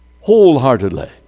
wholeheartedly